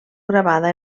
gravada